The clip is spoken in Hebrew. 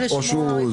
אני